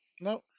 no